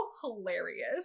hilarious